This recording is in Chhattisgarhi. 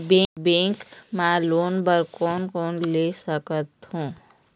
बैंक मा लोन बर कोन कोन ले सकथों?